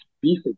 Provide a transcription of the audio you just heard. beef